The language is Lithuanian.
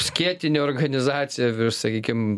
skėtinė organizacija sakykim